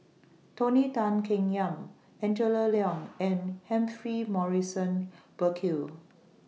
Tony Tan Keng Yam Angela Liong and Humphrey Morrison Burkill